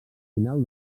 final